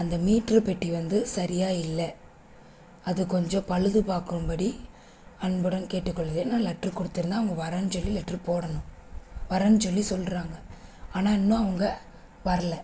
அந்த மீட்ரு பெட்டி வந்து சரியாக இல்லை அது கொஞ்சம் பழுது பார்க்கும்படி அன்புடன் கேட்டுக்கொள்கிறேன் நான் லெட்ரு கொடுத்துருந்தேன் அவங்க வர்றேன்னு சொல்லி லெட்ரு போடணும் வர்றேன்னு சொல்லி சொல்கிறாங்க ஆனால் இன்னும் அவங்க வரல